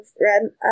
Rent